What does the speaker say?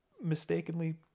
Mistakenly